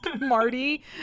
Marty